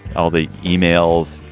all the yeah e-mails,